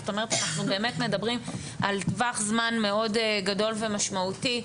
זאת אומרת שאנחנו באמת מדברים על טווח זמן גדול ומשמעותי.